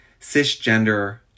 cisgender